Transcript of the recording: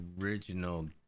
original